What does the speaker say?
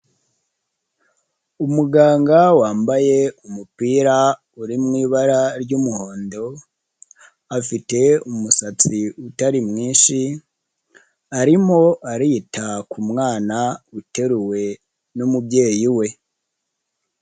Umuganga wambaye umupira uri mu ibara ry'umuhondo afite umusatsi utari mwinshi, arimo arita ku mwana uteruwe n'umubyeyi we.